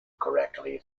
correctly